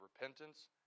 repentance